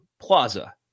Plaza